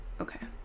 Okay